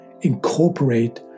incorporate